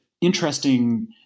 interesting